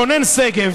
גונן שגב.